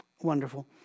wonderful